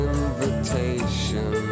Invitation